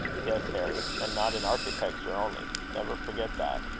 yes, harry and not in architecture only. never forget that.